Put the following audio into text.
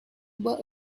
were